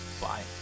Bye